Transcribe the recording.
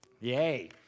Yay